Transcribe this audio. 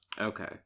Okay